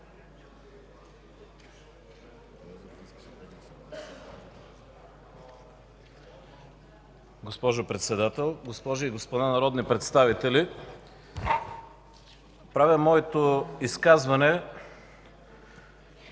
Госпожо Председател, госпожи и господа народни представители! Правя моето изказване